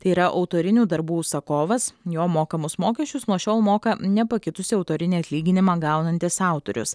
tai yra autorinių darbų užsakovas jo mokamus mokesčius nuo šiol moka nepakitusį autorinį atlyginimą gaunantis autorius